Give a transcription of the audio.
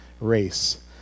race